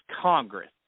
Congress